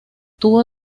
tuvo